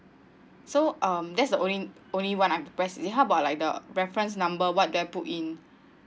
so um that's the only only one I press it how about like the reference number what they put in